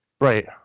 Right